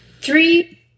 Three